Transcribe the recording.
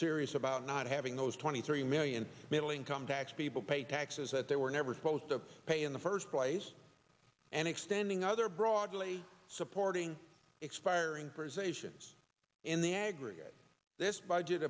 serious about not having those twenty three million middle income tax people pay taxes that they were never supposed to pay in the first place and extending other broadly supporting expiring for his agents in the aggregate this budget